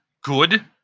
good